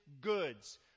goods